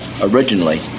originally